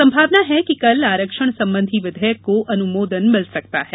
संभावना है कि कल आरक्षण संबंधी विधेयक को अनुमोदन मिल सकता है